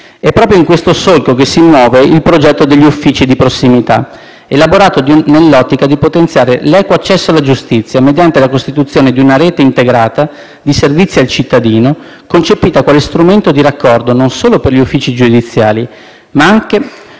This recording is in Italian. È proprio in questo solco che si muove il progetto degli uffici di prossimità, elaborato nell'ottica di potenziare l'equo accesso alla giustizia mediante la costituzione di una rete integrata di servizi al cittadino, concepita quale strumento di raccordo non solo per gli uffici giudiziari, ma anche